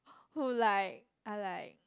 who like are like